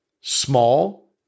Small